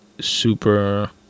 super